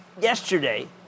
yesterday